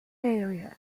area